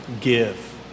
give